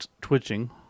twitching